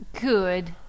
Good